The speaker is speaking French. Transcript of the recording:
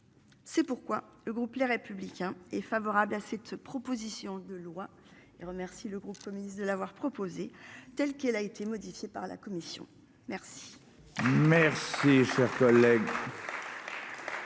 C'est pourquoi le groupe Les Républicains est favorable à ces 2 propositions de loi et remercie le groupe communiste de l'avoir proposé telle qu'elle a été modifiée par la commission. Merci.